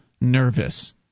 nervous